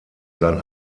sein